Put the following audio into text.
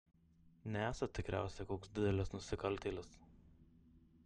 nesat tikriausiai koks didelis nusikaltėlis